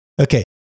Okay